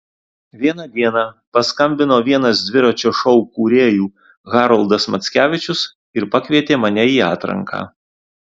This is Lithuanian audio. vieną dieną paskambino vienas dviračio šou kūrėjų haroldas mackevičius ir pakvietė mane į atranką